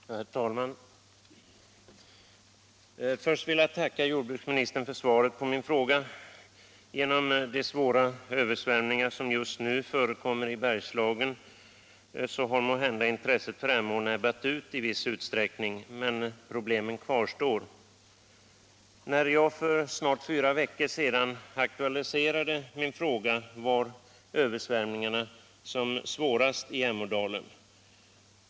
Herr talman! Till att börja med vill jag tacka jordbruksministern för svaret på min fråga. Genom de svåra översvämningar som just nu förekommer i Bergslagen har måhända intresset för Emån avtagit i viss utsträckning. Men problemen kvarstår. När jag för snart fyra veckor sedan aktualiserade min fråga var översvämningarna som svårast i Emådalen.